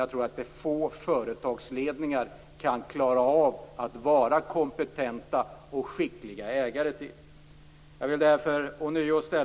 Jag tror att få företagsledningar skulle klara av att vara kompetenta och skickliga ägare till ett företag som sysslar